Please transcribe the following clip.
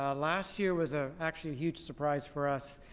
ah last year was a actually huge surprise for us.